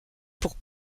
pour